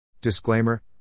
Disclaimer